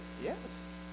yes